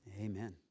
Amen